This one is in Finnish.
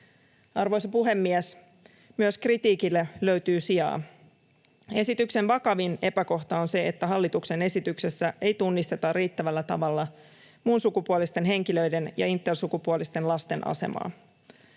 Arvoisa puhemies! Myös kritiikille löytyy sijaa: Esityksen vakavin epäkohta on, että hallituksen esityksessä ei tunnisteta riittävällä tavalla muunsukupuolisten henkilöiden ja intersukupuolisten lasten asemaa.